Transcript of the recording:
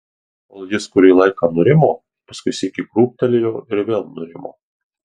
kol jis kurį laiką nurimo paskui sykį krūptelėjo ir vėl nurimo